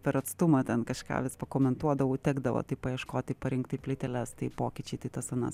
per atstumą ten kažką vis pakomentuodavau tekdavo tai paieškot tai parinkt tai plyteles tai pokyčiai tai tas anas